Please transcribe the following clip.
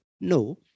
no